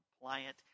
compliant